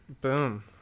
Boom